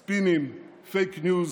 ספינים, פייק ניוז,